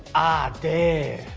ah, dare.